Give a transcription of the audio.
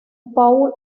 paul